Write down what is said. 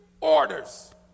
orders